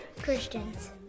Christians